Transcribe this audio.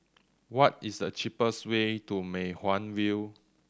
what is the cheapest way to Mei Hwan View